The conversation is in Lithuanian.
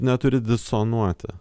neturi disonuoti